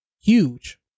huge